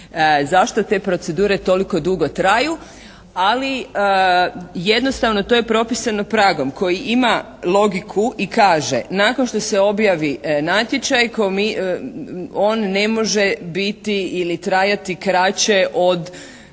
zašto te procedure toliko dugo traju? Ali jednostavno to je propisano pragom koji ima logiku i kaže: «Nakon što se objavi natječaj on ne može biti ili trajati kraće od»,